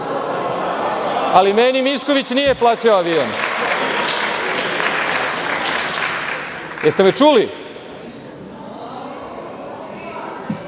Ali, meni Mišković nije plaćao avion. Jeste li